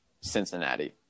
Cincinnati